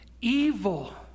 Evil